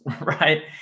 right